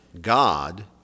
God